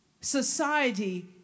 society